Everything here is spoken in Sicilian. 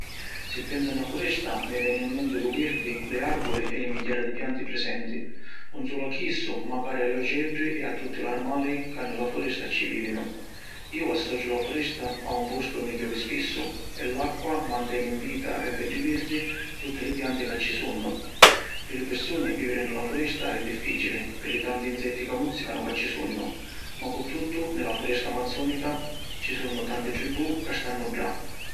Si pensu a na furesta, mi veni in menti lu virdi, li arvuli e li migghiara di pianti prisenti. 'Un sulu a chissu, macari a li oceddi e a tutti l’armali ca ni la furesta ci vivinu. Iu associu la furesta a un postu unni chiovi spissu, e l’acqua manteni in vita e beddi virdi tutti li pianti ca ci sunnu. Pi li pirsuni viviri ni la furesta è difficili pi li tanti insetti ca muzzicanu ca ci sunnu, ma cuttuttu ni la Furesta Amazzonica, ci sunnu tanti tribù ca stannu ddà.